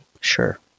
Sure